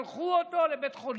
שלחו אותו לבית חולים,